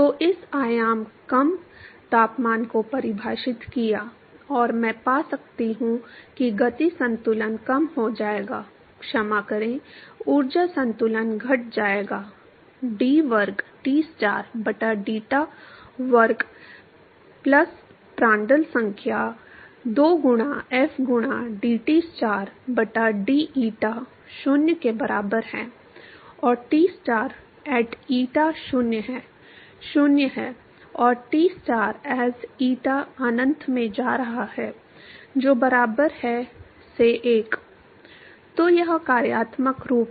तो इस आयाम कम तापमान को परिभाषित किया और मैं पा सकता हूं कि गति संतुलन कम हो जाएगा क्षमा करें ऊर्जा संतुलन घट जाएगा d वर्ग Tstar बटा deta वर्ग प्लस प्रांड्टल संख्या 2 गुणा f गुणा dTstar बटा deta 0 के बराबर है और Tstar at eta 0 है 0 है और Tstar as eta अनंत में जा रहा है जो बराबर है से 1 तो यह कार्यात्मक रूप है